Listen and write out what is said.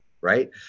right